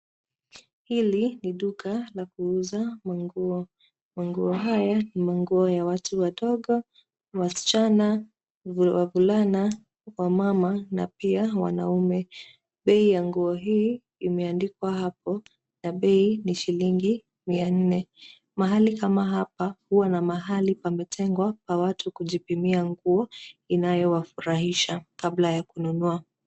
Hili ni duka la kuuza nguo. Nguo hizi ni nguo ya watu wadogo; wasichana, wavulana, wamama na pia wanaume. Bei ya nguo hii imeandikwa hapo na bei ni shilingi mia nne. Mahali kama hapa huwa na mahali pametengwa pa watu kujipimia nguo inayowafurahisha kabla ya kununua.